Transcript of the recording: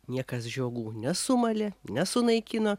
niekas žiogų nesumalė nesunaikino